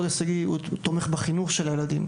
אלא גם בחינוך הילדים.